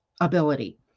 ability